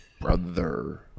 Brother